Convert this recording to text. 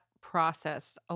process